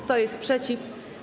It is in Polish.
Kto jest przeciw?